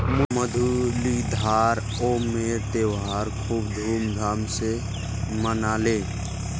मुरलीधर ओणमेर त्योहार खूब धूमधाम स मनाले